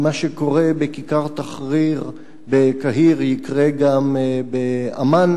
אם מה שקורה בכיכר תחריר בקהיר יקרה גם בעמאן,